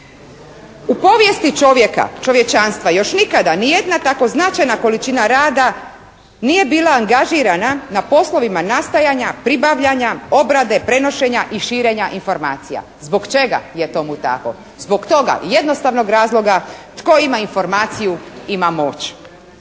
U povijesti čovjeka, čovječanstva još nikada ni jedna tako značajna količina rada nije bila angažirana na poslovima nastajanja, pribavljanja, obrade, prenošenja i širenja informacija. Zbog čega je tomu tako? Zbog toga i jednostavnog razloga tko ima informaciju, ima moć.